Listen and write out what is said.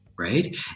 Right